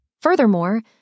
Furthermore